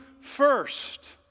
first